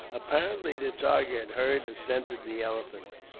apparently the tiger had heard or scented the elephants,